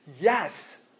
Yes